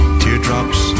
teardrops